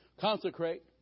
Consecrate